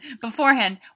beforehand